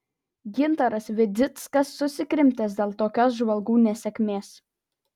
gintaras vidzickas susikrimtęs dėl tokios žvalgų nesėkmės